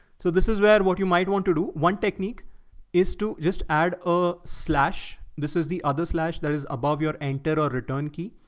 so this is bad. what you might want to do one technique is to just add a slash this is the other slash that is above your anchor or return key.